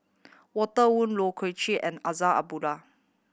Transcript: Walter Woon Leu Yew Chye and Abdullah